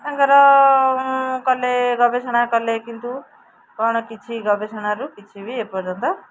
ତାଙ୍କର କଲେ ଗବେଷଣା କଲେ କିନ୍ତୁ କ'ଣ କିଛି ଗବେଷଣାରୁ କିଛି ବି ଏପର୍ଯ୍ୟନ୍ତ